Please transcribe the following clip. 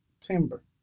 timber